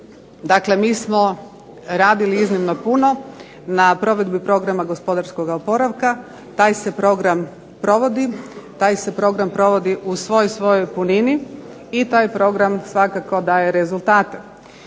Dakle, mi smo radili iznimno puno na provedbi Programa gospodarskog oporavka, taj se program provodi, taj se program provodi u svoj svojoj punini i taj program svakako daje rezultate.